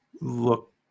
look